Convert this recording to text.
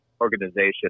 organization